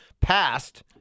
passed